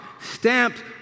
stamped